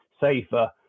safer